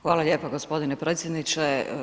Hvala lijepo gospodine predsjedniče.